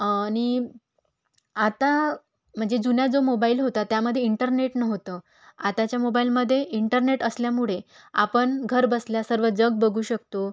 आणि आता म्हणजे जुना जो मोबाईल होता त्यामध्ये इंटरनेट नव्हतं आताच्या मोबाईलमध्ये इंटरनेट असल्यामुळे आपण घर बसल्या सर्व जग बघू शकतो